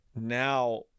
now